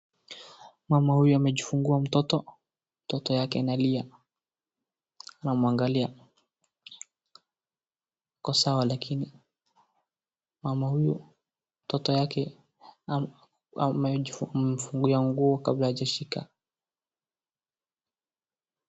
Mama huyu amejifungua mtoto mtoto yake inalia anamwangalia. Iko sawa lakini mama huyu mtoto yake amemfungia nguo kabla hajashika.